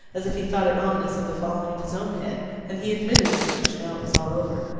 as if he thought it ominous of the falling of his own head and he admitted as much, now it was all over.